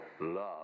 love